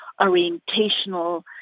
orientational